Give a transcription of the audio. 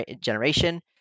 generation